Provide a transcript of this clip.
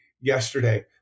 yesterday